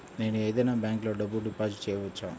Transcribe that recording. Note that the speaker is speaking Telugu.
నేను ఏదైనా బ్యాంక్లో డబ్బు డిపాజిట్ చేయవచ్చా?